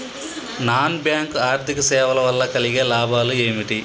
Non bank ఆర్థిక సేవల వల్ల కలిగే లాభాలు ఏమిటి?